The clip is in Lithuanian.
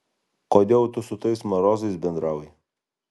kodėl tu su tais marozais bendrauji